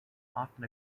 often